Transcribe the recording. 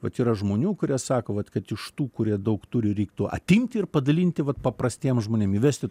vat yra žmonių kurie sako vat kad iš tų kurie daug turi reiktų atimti ir padalinti vat paprastiem žmonėm įvesti